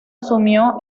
asumió